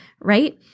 right